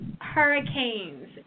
hurricanes